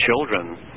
children